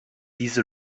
diese